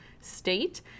state